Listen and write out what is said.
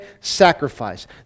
sacrifice